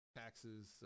taxes